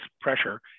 pressure